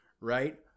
right